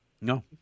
No